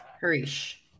Harish